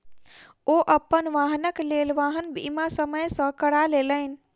ओ अपन वाहनक लेल वाहन बीमा समय सॅ करा लेलैन